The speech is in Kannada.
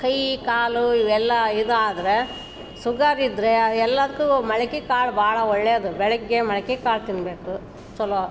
ಕೈ ಕಾಲು ಇವೆಲ್ಲ ಇದಾದರೆ ಸುಗರ್ ಇದ್ದರೆ ಎಲ್ಲಾದಕ್ಕು ಮೊಳ್ಕೆ ಕಾಳು ಭಾಳ ಒಳ್ಳೇದು ಬೆಳಗ್ಗೆ ಮೊಳ್ಕೆ ಕಾಳು ತಿನ್ನಬೇಕು ಚಲೋ